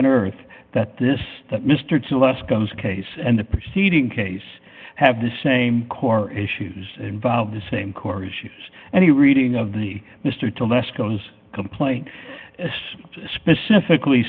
on earth that this that mr less comes case and the proceeding case have the same core issues involved the same core issues and the reading of the mr to lesko has complained specifically